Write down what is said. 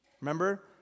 Remember